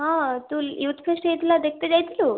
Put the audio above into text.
ହଁ ତୁ youth fest ହେଇଥିଲା ଦେଖତେ ଯାଇଥିଲୁ